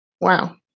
Wow